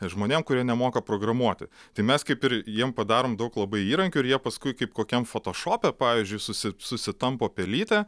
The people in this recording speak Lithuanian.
žmonėm kurie nemoka programuoti tai mes kaip ir jiem padarom daug labai įrankių ir jie paskui kaip kokiam fotošope pavyzdžiui susi susitampo pelyte